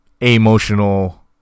emotional